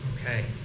Okay